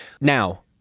Now